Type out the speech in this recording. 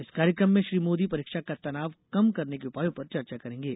इस कार्यक्रम में श्री मोदी परीक्षा का तनाव कम करने के उपायों पर चर्चा करेंगे